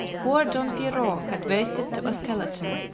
poor don pierrot had wasted to a skeleton,